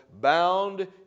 bound